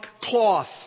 cloth